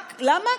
למה?